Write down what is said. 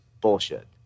Bullshit